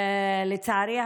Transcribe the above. לצערי,